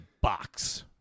box